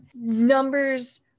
Numbers